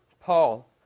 Paul